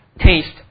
taste